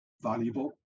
valuable